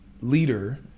leader